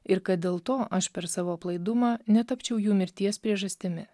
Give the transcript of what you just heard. ir kad dėl to aš per savo aplaidumą netapčiau jų mirties priežastimi